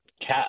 cat